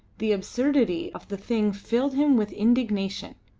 the absurdity of the thing filled him with indignation.